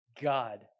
God